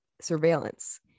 surveillance